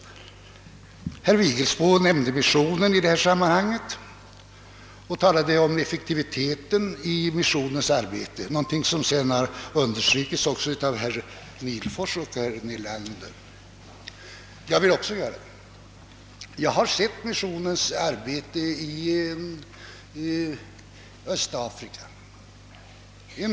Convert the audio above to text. Herr Vigelsbo nämnde missionen i detta sammanhang och talade om effektiviteten i missionens arbete, någonting som senare har understrukits också av herrar Nihlfors och Nelander. Jag vill också göra det. Också jag har sett åtskilligt av missionens arbete i Östafrika.